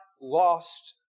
lost